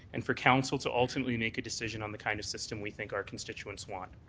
and for council to ultimately make a decision on the kind of system we think our constituents want.